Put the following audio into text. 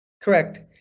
Correct